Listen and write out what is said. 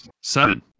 Seven